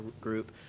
group